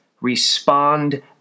respond